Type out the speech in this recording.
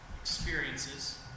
experiences